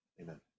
Amen